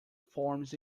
forms